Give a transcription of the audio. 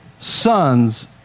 sons